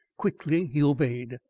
quickly he obeyed.